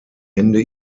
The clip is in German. ende